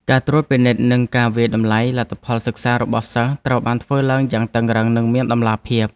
ការត្រួតពិនិត្យនិងការវាយតម្លៃលទ្ធផលសិក្សារបស់សិស្សត្រូវបានធ្វើឡើងយ៉ាងតឹងរ៉ឹងនិងមានតម្លាភាព។